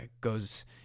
goes